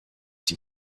die